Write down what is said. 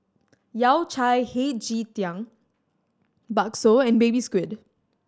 Yao Cai Hei Ji Tang bakso and Baby Squid